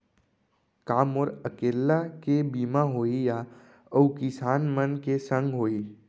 का मोर अकेल्ला के बीमा होही या अऊ किसान मन के संग होही?